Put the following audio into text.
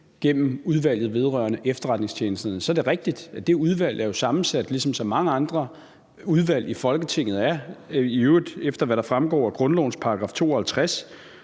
gennem Udvalget vedrørende Efterretningstjenesterne. Så er det rigtigt, at det udvalg er sammensat, ligesom så mange andre udvalg i Folketinget er. Det er det i øvrigt efter, hvad der fremgår af grundlovens § 52,